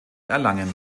erlangen